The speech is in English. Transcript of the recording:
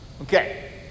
Okay